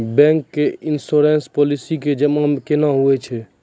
Bank के insurance policy मे जमा केना होय छै?